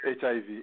HIV